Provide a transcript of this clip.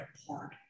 important